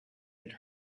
had